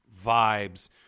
vibes